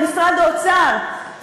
למשרד האוצר,